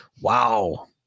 Wow